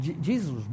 Jesus